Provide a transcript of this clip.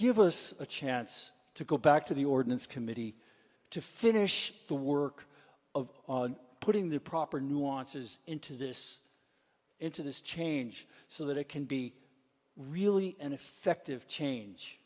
give us a chance to go back to the ordinance committee to finish the work of putting the proper nuances into this into this change so that it can be really an effective change